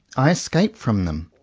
i escape from them.